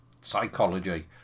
psychology